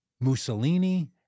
Mussolini